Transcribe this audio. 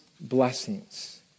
blessings